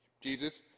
Jesus